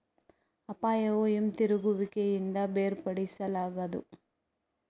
ಅಪಾಯವು ಹಿಂತಿರುಗುವಿಕೆಯಿಂದ ಬೇರ್ಪಡಿಸಲಾಗದು